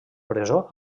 presó